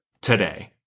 today